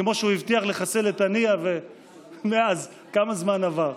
כמו שהוא הבטיח לחסל את הנייה, ומאז, כמה זמן עבר,